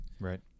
Right